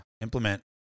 implement